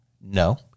No